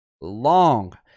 Long